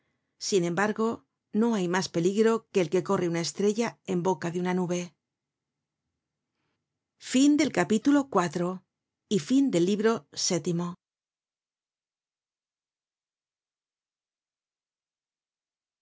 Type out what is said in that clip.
sin embargo no hay mas peligro que el que corre una estrella en boca de una nube